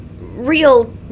real